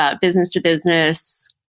business-to-business